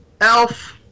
Elf